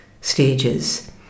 stages